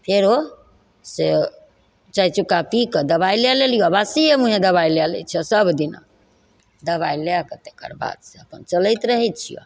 फेरो से चाय चुक्का पीकऽ दबाइ लै लेलियौ बासिये मुँहे दबाइ लै लए छियौ सभदिना दबाइ लए कऽ तकर बाद से अपन चलैत रहय छियौ